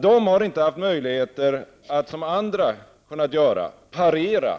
De har inte haft möjlighet att göra det andra har kunnat göra, nämligen parera